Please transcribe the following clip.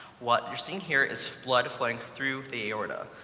what you're seeing here is blood flowing through the aorta.